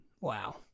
Wow